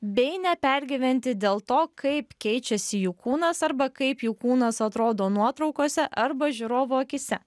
bei nepergyventi dėl to kaip keičiasi jų kūnas arba kaip jų kūnas atrodo nuotraukose arba žiūrovų akyse